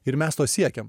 ir mes to siekiam